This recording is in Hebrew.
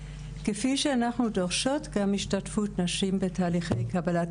כפי שאנחנו דורשות גם השתתפות נשים בתהליכי קבלת